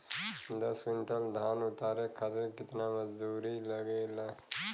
दस क्विंटल धान उतारे खातिर कितना मजदूरी लगे ला?